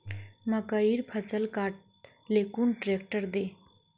मकईर फसल काट ले कुन ट्रेक्टर दे?